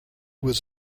was